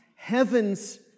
Heaven's